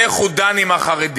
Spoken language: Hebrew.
על איך הוא דן עם החרדים,